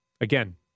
again